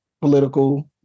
political